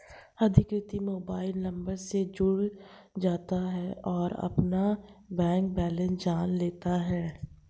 अधिकृत mobile number से जुड़ जाता है और अपना बैंक बेलेंस जान लेता है